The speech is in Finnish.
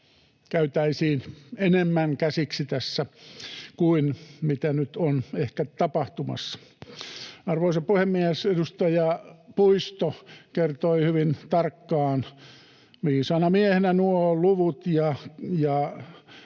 käytäisiin enemmän käsiksi kuin mitä nyt on ehkä tapahtumassa. Arvoisa puhemies! Edustaja Puisto kertoi hyvin tarkkaan viisaana miehenä nuo luvut ja